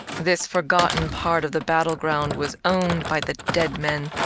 this forgotten part of the battle ground was owned by the dead men,